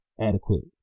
adequate